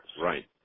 Right